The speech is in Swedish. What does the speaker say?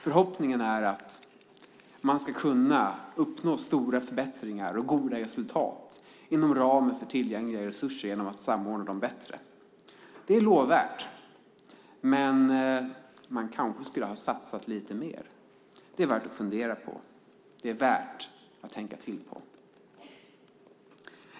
Förhoppningen är att man ska kunna uppnå stora förbättringar och goda resultat inom ramen för tillgängliga resurser genom att samordna dem bättre. Det är lovvärt, men man kanske skulle ha satsat lite mer. Det är värt att fundera på.